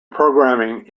programming